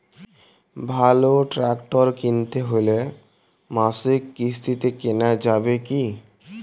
ভালো ট্রাক্টর কিনতে হলে মাসিক কিস্তিতে কেনা যাবে কি?